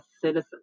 citizens